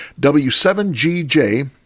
W7GJ